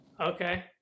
Okay